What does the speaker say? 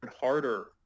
harder